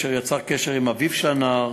והוא יצר קשר עם אביו של הנער,